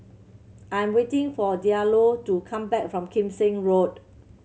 I'm waiting for Diallo to come back from Kim Seng Road